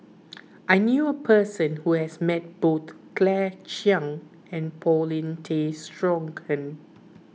I knew a person who has met both Claire Chiang and Paulin Tay Straughan